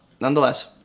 nonetheless